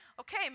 okay